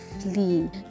flee